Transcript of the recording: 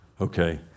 okay